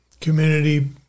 community